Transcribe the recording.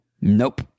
Nope